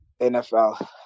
NFL